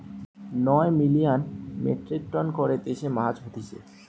নয় million metric tonne করে দেশে মাছ হতিছে